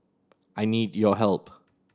I need your help